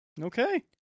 Okay